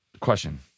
Question